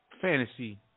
fantasy